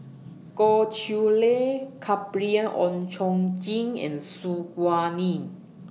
Goh Chiew Lye Gabriel Oon Chong Jin and Su Guaning